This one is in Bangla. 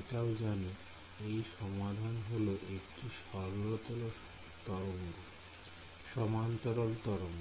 এটাও জানি এর সমাধান হল একটি সমান তরঙ্গ